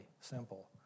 simple